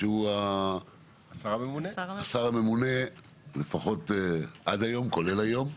שהוא השר הממונה לפחות עד היום כולל היום.